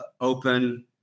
open